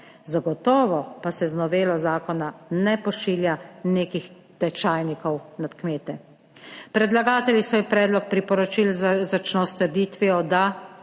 Zagotovo pa se z novelo zakona ne pošilja nekih tečajnikov nad kmete. Predlagatelji svoj predlog priporočil začno s trditvijo, da,